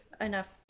enough